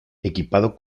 equipado